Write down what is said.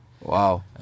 Wow